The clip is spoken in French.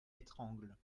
étrangle